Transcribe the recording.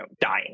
dying